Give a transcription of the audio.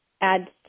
add